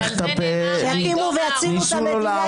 שיקימו ויצילו את המדינה,